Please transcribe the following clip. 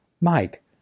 Mike